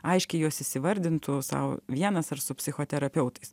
aiškiai juos įsivardintų sau vienas ar su psichoterapeutais